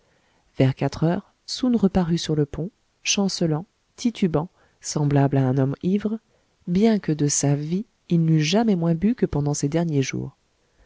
vers quatre heures soun reparut sur le pont chancelant titubant semblable à un homme ivre bien que de sa vie il n'eût jamais moins bu que pendant ces derniers jours